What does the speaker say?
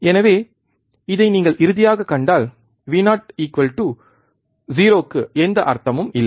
எனவே இதை நீங்கள் இறுதியாகக் கண்டால் Vo 0 க்கு எந்த அர்த்தமும் இல்லை